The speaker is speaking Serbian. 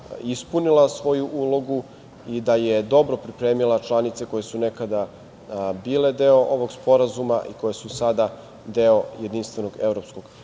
ispunila svoju ulogu i da je dobro pripremila članice koje su nekada bile deo ovog sporazuma i koje su sada deo jedinstvenog evropskog